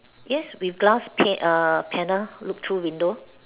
yes with glass pa~ err panel look through window